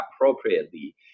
appropriately